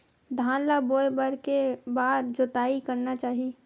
धान ल बोए बर के बार जोताई करना चाही?